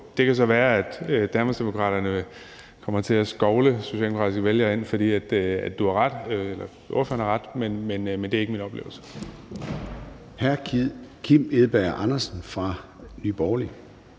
Det kan så være, at Danmarksdemokraterne kommer til at skovle socialdemokratiske vælgere ind, for spørgeren har ret, men det er ikke min oplevelse.